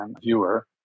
viewer